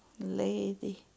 Lady